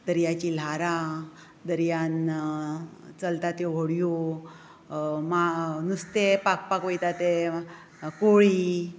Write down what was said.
दर्याचीं ल्हारां दर्यांत चलतात त्यो होडयो मा नुस्तें पागपाक वयता ते कोळी